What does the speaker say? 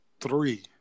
three